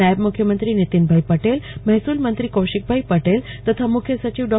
નાયબ મુખ્યમંત્રી નીતિનભાઈ પ ટેલ મહેસલ મંત્રો કૌશિકભાઈ પટેલ તથા મખ્યસચિવ ડો